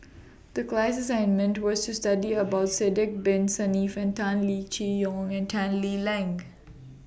The class assignment was to study about Sidek Bin Saniff Tan Lee Yoke and Tan Lee Leng